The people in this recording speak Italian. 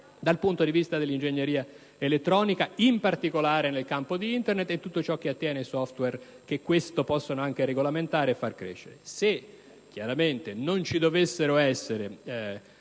Paese che eccelle nell'ingegneria elettronica, in particolare nel campo di Internet e di tutto ciò che attiene ai *software* che questo possono anche regolamentare e far crescere. Se non ci dovessero essere